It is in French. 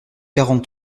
quarante